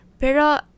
pero